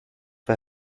for